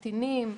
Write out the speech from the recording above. קטינים,